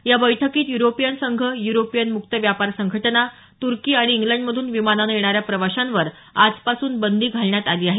या बैठकीत युरोपियन संघ युरोपियन मुक्त व्यापार संघटना तुर्की आणि इंग्लंडमधून विमानानं येणाऱ्या प्रवाशांवर आजपासून बंदी घालण्यात आली आहे